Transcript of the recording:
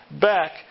back